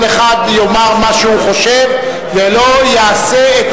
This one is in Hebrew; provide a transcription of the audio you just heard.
כל אחד יאמר מה שהוא חושב ולא יהסה את